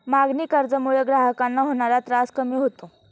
मागणी कर्जामुळे ग्राहकांना होणारा त्रास कमी होतो